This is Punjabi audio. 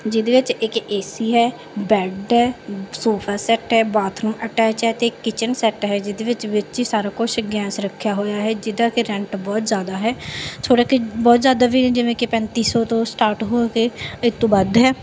ਜਿਹਦੇ ਵਿੱਚ ਇੱਕ ਏ ਸੀ ਹੈ ਬੈੱਡ ਹੈ ਸੋਫਾ ਸੈੱਟ ਹੈ ਬਾਥਰੂਮ ਅਟੈਚ ਹੈ ਅਤੇ ਕਿਚਨ ਸੈੱਟ ਹੈ ਜਿਹਦੇ ਵਿੱਚ ਵਿੱਚ ਹੀ ਸਾਰਾ ਕੁਛ ਗੈਂਸ ਰੱਖਿਆ ਹੋਇਆ ਹੈ ਜਿਹਦਾ ਕਿ ਰੈਂਟ ਬਹੁਤ ਜ਼ਿਆਦਾ ਹੈ ਥੋੜ੍ਹਾ ਕਿ ਬਹੁਤ ਜ਼ਿਆਦਾ ਵੀ ਜਿਵੇਂ ਕਿ ਪੈਂਤੀ ਸੌ ਤੋਂ ਸਟਾਰਟ ਹੋ ਕੇ ਇਸ ਤੋਂ ਵੱਧ ਹੈ